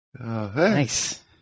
Nice